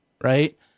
right